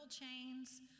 chains